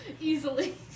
Easily